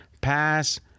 pass